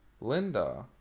Linda